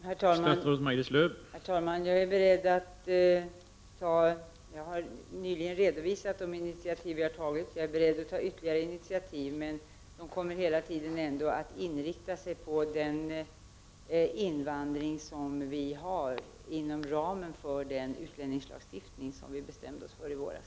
Herr talman! Jag har nyligen redovisat de initiativ som regeringen har tagit, och jag är beredd att ta ytterligare initiativ. Men dessa initiativ kommer hela tiden att inriktas på den invandring som vi har inom ramen för den utlänningslagstiftning som vi bestämde oss för i våras.